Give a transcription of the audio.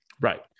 right